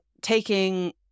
taking